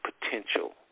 potential